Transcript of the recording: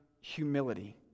humility